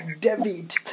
David